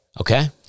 Okay